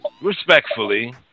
Respectfully